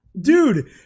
Dude